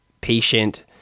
patient